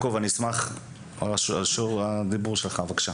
בבקשה.